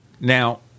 Now